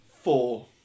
Four